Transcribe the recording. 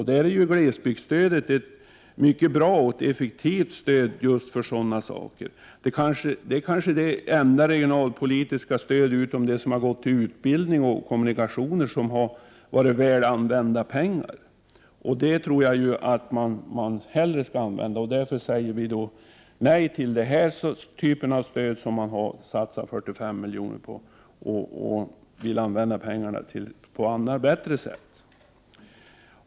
Glesbygdsstödet är därvidlag ett bra och effektivt stöd. Det är kanske det enda regionalpolitiska stöd, förutom det som har gått till utbildning och kommunikationer, som har varit väl använda pengar. Därför säger vi nej till den här typen av stöd som man har satsat 45 milj.kr. på. Vi vill använda pengarna på bättre sätt.